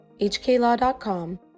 hklaw.com